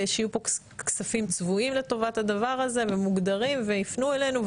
ושיהיו פה כספים צבועים לטובת הדבר הזה ויפנו אלינו,